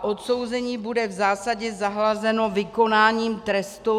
Odsouzení bude v zásadě zahlazeno vykonáním trestu.